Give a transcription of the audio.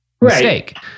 mistake